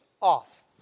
off